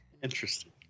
Interesting